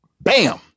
Bam